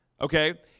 okay